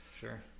Sure